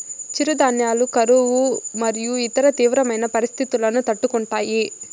చిరుధాన్యాలు కరువు మరియు ఇతర తీవ్రమైన పరిస్తితులను తట్టుకుంటాయి